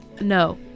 No